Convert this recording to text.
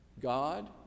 God